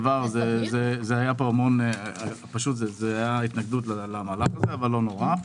היתה התנגדות למהלך הזה, אבל לא נורא.